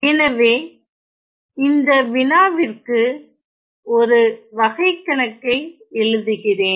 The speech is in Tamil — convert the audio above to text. எனவே இந்த வினாவிற்கு ஒரு வகைக்கணக்கை எழுதுகிறேன்